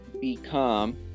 become